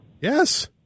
Yes